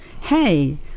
hey